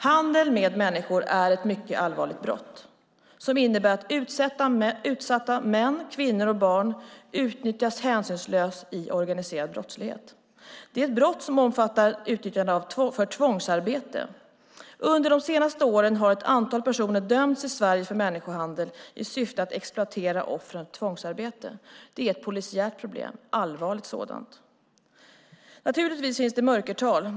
Handel med människor är ett mycket allvarligt brott som innebär att utsatta män, kvinnor och barn utnyttjas hänsynslöst i organiserad brottslighet. Det är ett brott som omfattar utnyttjande för tvångsarbete. Under de senaste åren har ett antal personer dömts i Sverige för människohandel i syfte att exploatera offren för tvångsarbete. Det är ett polisiärt problem, ett allvarligt sådant. Naturligtvis finns det ett mörkertal.